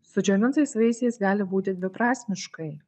su džiovintais vaisiais gali būti dviprasmiškai